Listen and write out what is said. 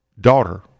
daughter